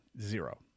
zero